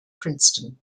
princeton